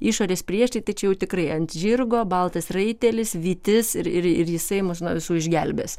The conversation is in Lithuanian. išorės priešai tai čia jau tikrai ant žirgo baltas raitelis vytis ir ir ir jisai mus nuo visų išgelbės